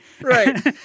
Right